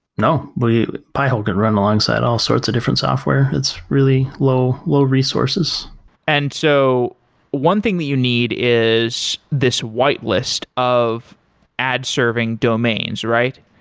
no. but pi-hole can run alongside all sorts of different software. it's really low low resources and so one thing that you need is this white list of ad serving domains, right?